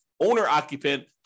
owner-occupant